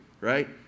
right